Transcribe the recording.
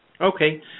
Okay